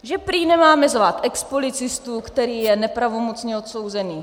Že prý nemáme zvát expolicistu, který je nepravomocně odsouzený.